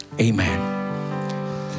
Amen